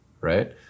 Right